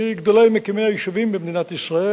מגדולי מקימי היישובים במדינת ישראל,